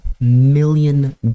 million